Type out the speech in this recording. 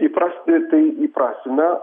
įprasti tai įprasime